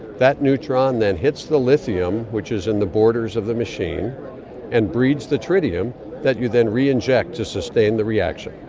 that neutron then hits the lithium which is in the borders of the machine and breeds the tritium that you then reinject to sustain the reaction.